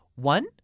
One